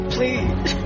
Please